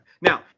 Now